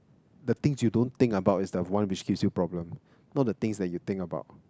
the things you don't think about is the one a big excuse problem not the the things that you think about